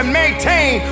maintain